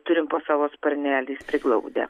turim po savo sparneliais priglaudę